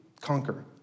conquer